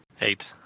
Eight